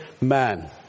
man